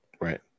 Right